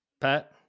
Pat